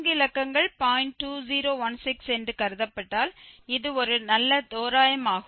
2016 என்று கருதப்பட்டால் இது ஒரு நல்ல தோராயமாகும்